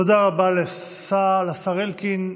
תודה רבה לשר אלקין.